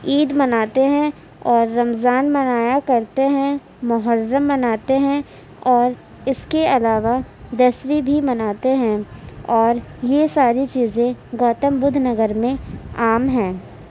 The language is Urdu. عید مناتے ہیں اور رمضان منایا کرتے ہیں محرم مناتے ہیں اور اس کے علاوہ دسویں بھی مناتے ہیں اور یہ ساری چیزیں گوتم بدھ نگر میں عام ہیں